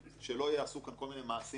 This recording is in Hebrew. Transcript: שלא ייעשו פה כל מיני מעשים שהם